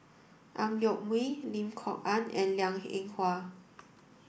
Ang Yoke Mooi Lim Kok Ann and Liang Eng Hwa